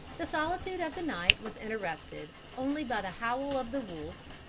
the solitude of the night was interrupted only by the howl of the wolf,